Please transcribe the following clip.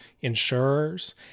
insurers